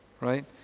Right